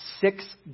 six